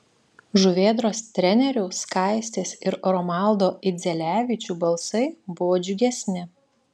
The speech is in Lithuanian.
žuvėdros trenerių skaistės ir romaldo idzelevičių balsai buvo džiugesni